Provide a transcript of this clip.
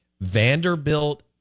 Vanderbilt